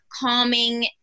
calming